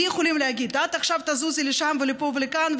לי יכולים להגיד: את עכשיו תזוזי לשם ולפה ולכאן,